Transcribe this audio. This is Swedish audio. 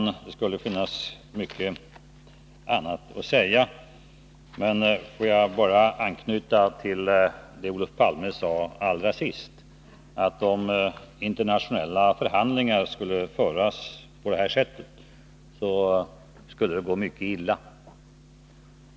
Det skulle finnas mycket annat att säga, men låt mig bara anknyta till det Olof Palme sade allra sist, att om internationella förhandlingar skulle föras på det här sättet, skulle det gå mycket illa.